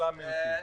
כולם מיעוטים.